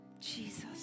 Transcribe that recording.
Jesus